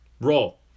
Roll